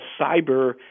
cyber